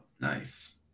Nice